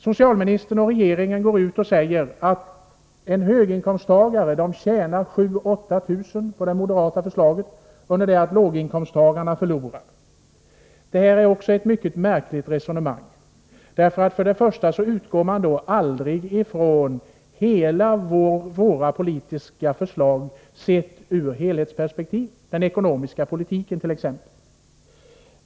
Socialministern och regeringen går ut och säger att höginkomsttagare tjänar 7 000-8 000 kr. på det moderata förslaget, under det att låginkomsttagarna förlorar. Det är också ett mycket märkligt resonemang. Först och främst ser man aldrig våra politiska förslag ur helhetsperspektivet— det gäller t.ex. den ekonomiska politiken.